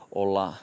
olla